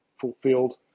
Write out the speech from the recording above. fulfilled